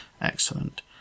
Excellent